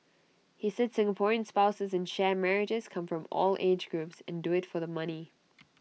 he said Singaporean spouses in sham marriages come from all age groups and do IT for the money